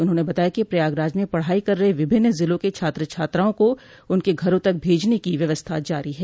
उन्होंने बताया कि प्रयागराज में पढ़ाई कर रहे विभिन्न जिलों के छात्र छात्राओं को उनके घरों तक भेजने की व्यवस्था जारी है